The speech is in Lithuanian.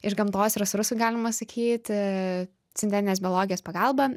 iš gamtos resursų galima sakyti sintetinės biologijos pagalba